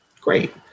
Great